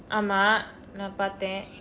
ஆமாம் நான் பார்த்தேன்:aamaam naan parthen